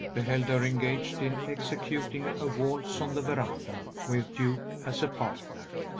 beheld her engaged in executing a waltz on the veranda, with duke as a partner.